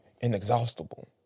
inexhaustible